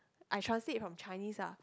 I translate from Chinese ah